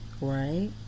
right